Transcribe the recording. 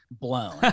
blown